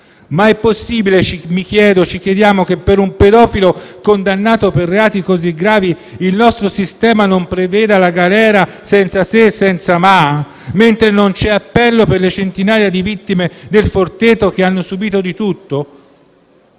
Ma è possibile, mi chiedo e ci chiediamo, che per un pedofilo condannato per reati così gravi, il nostro sistema non preveda la galera senza se e senza ma? Mentre non c'è appello per le centinaia di vittime della comunità «Il Forteto» che hanno subito di tutto?